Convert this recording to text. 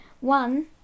one